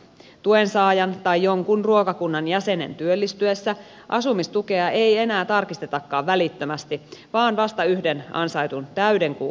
tuensaajan tai jonkun ruokakunnan jäsenen työllistyessä asumistukea ei enää tarkistetakaan välittömästi vaan vasta yhden ansaitun täyden kuukauden jälkeen